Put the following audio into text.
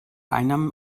einnahmen